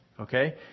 Okay